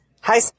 Hi